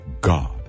God